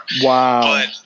wow